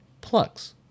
Plugs